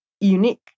unique